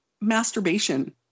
masturbation